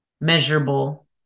measurable